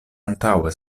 antaŭe